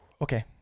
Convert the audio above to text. Okay